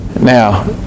Now